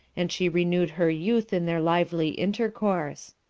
and she renewed her youth in their lively intercourse.